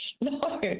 No